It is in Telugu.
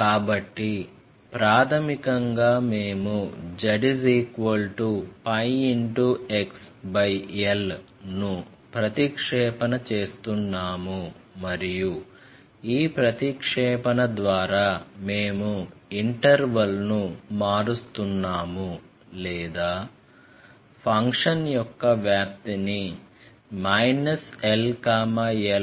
కాబట్టి ప్రాథమికంగా మేము z πxl ను ప్రతిక్షేపణ చేస్తున్నాము మరియు ఈ ప్రతిక్షేపణ ద్వారా మేము ఇంటర్వల్ను మారుస్తున్నాము లేదా ఫంక్షన్ యొక్క వ్యాప్తిని l